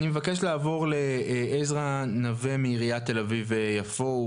אני מבקש לעבור לעזרא נווה מעיריית תל אביב-יפו,